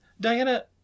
Diana